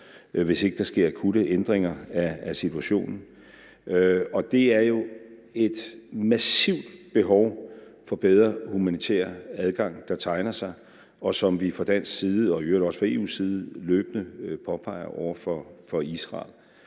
hvis ikke der sker akutte ændringer af situationen. Og det er jo et massivt behov for bedre humanitær adgang, der tegner sig, og som vi fra dansk side og i øvrigt også fra EU's side løbende påpeger over for Israel.